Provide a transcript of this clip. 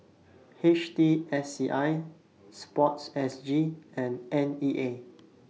H T S C I Sports S G and N E A